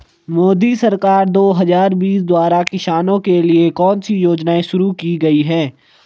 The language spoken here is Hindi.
मोदी सरकार दो हज़ार बीस द्वारा किसानों के लिए कौन सी योजनाएं शुरू की गई हैं?